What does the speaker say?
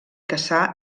cassà